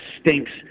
stinks